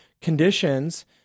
conditions